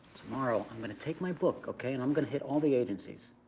tomorrow, i'm gonna take my book, okay? and i'm gonna hit all the agencies.